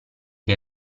che